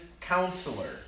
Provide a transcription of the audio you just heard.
counselor